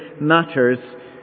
matters